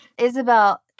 Isabel